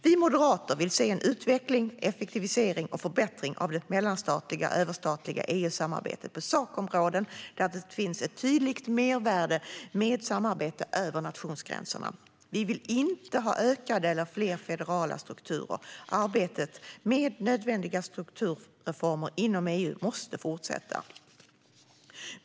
Vi moderater vill se en utveckling, effektivisering och förbättring av det mellanstatliga och överstatliga EU-samarbetet på sakområden där det finns ett tydligt mervärde med samarbete över nationsgränserna. Vi vill inte ha ökade eller fler federala strukturer. Arbetet med nödvändiga strukturreformer inom EU måste fortsätta.